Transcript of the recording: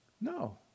No